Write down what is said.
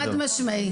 חד-משמעי.